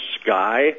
sky